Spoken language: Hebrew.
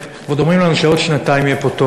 ועוד אומרים לנו שעוד שנתיים יהיה פה טוב.